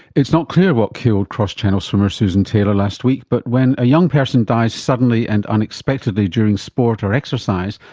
it's not clear what killed cross-channel swimmer susan taylor last week but when a young person dies suddenly and unexpectedly during sport or exercise,